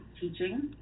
teaching